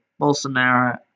Bolsonaro